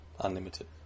unlimited